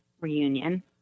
reunion